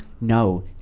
No